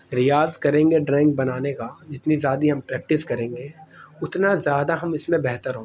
ریاض کریں گے ڈرائنگ بنانے کا جتنی زیادہ ہم پریکٹس کریں گے اتنا زیادہ ہم اس میں بہتر ہوں گے